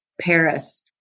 Paris